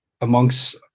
amongst